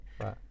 Right